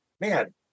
man